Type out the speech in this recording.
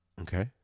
Okay